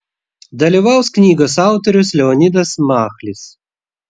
dalyvaus knygos autorius leonidas machlis